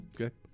Okay